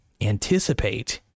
anticipate